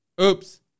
Oops